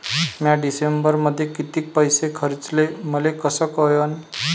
म्या डिसेंबरमध्ये कितीक पैसे खर्चले मले कस कळन?